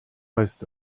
heißt